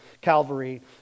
Calvary